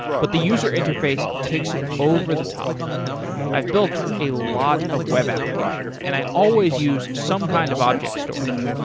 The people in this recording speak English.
but the user interface takes it over the top i've built a lot of web applications and i always use some kind of object storage.